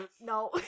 No